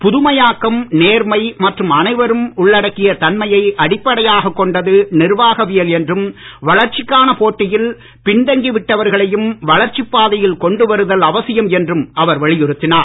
புதுமையாக்கம் நேர்மை மற்றும் அனைவரும் உள்ளடக்கிய தன்மையை அடிப்படையாகக் கொண்டது நிர்வாகவியல் என்றும் வளர்ச்சிக்கான போட்டியில் பின்தங்கி விட்டவர்களையும் வளர்ச்சிப் பாதையில் கொண்டு வருதல் அவசியம் என்றும் அவர் வலியுறுத்தினார்